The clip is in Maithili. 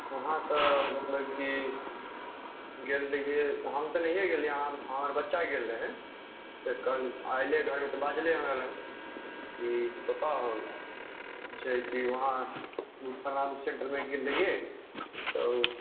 अहाँ तऽ मतलब की गेल रहियै हम तऽ नहिए गेल रहियै हमर बच्चा गेल रहै से अयलै घरमे तऽ बाजलै हमरा लग ई पप्पा हौ ई छै की वहाँ फलना बुक सेंटरमे गेल रहिए तऽ ओ